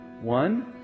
One